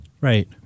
Right